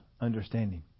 understanding